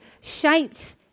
shaped